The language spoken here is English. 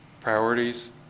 priorities